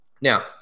Now